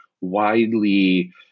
widely